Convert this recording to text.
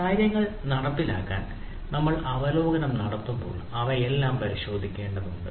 കാര്യങ്ങൾ നടപ്പിലാക്കാൻ നമ്മൾ അവലോകനം നടത്തുമ്പോൾ അവയെല്ലാം പരിശോധിക്കേണ്ടതുണ്ട്